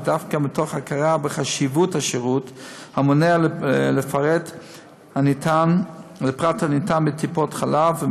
דווקא מתוך הכרה בחשיבות השירות המונע לפרט הניתן בטיפות חלב,